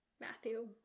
Matthew